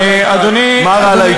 מה רע?